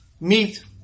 meat